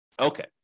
Okay